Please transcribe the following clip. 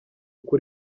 uko